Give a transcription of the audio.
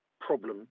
problem